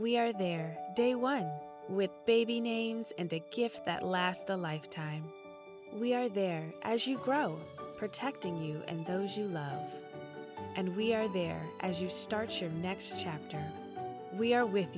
we are there day one with baby names and gifts that last a lifetime we are there as you grow protecting you and those you love and we are there as you start your next chapter we are with